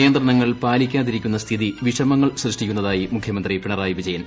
നിയന്ത്രണങ്ങൾ പാലിക്കാതിരിക്കുന്ന സ്ഥിതി വിഷമങ്ങൾ സൃഷ്ടിക്കുന്നതായി മുഖ്യമന്ത്രി പിണറായി വിജയൻ